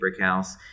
Brickhouse